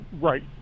right